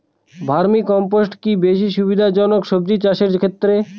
Vermi compost কি বেশী সুবিধা জনক সবজি চাষের ক্ষেত্রে?